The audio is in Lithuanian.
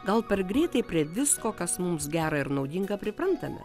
gal per greitai prie visko kas mums gera ir naudinga priprantame